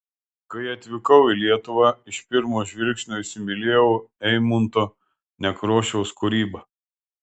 kai atvykau į lietuvą iš pirmo žvilgsnio įsimylėjau eimunto nekrošiaus kūrybą